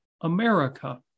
America